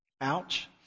Ouch